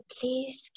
please